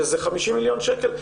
שזה 50 מיליון שקל,